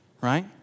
right